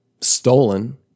stolen